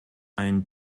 ein